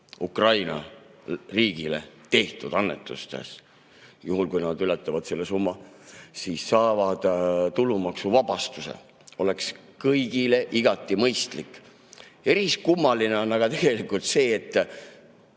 Ukraina riigile tehtud annetuste puhul juhul, kui need ületavad teatud summa, saadakse tulumaksuvabastus. See oleks kõigile igati mõistlik. Eriskummaline on aga tegelikult see, et